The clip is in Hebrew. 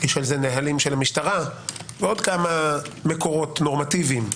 יש על זה נהלי המשטרה ועוד כמה מקורות נורמטיביים.